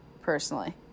Personally